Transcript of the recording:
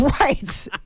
Right